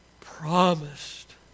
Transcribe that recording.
promised